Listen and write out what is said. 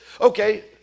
Okay